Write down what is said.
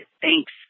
Thanks